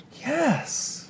Yes